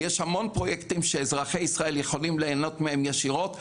יש המון פרויקטים שאזרחי ישראל יכולים להנות מהם ישירות,